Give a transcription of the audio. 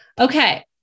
Okay